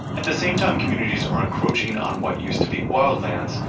at the same time communities are encroaching on what used to be wildlands,